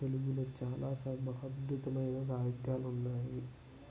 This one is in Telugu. తెలుగులో చాలా మహాద్భుతమైన సాహిత్యాలు ఉన్నాయి